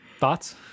Thoughts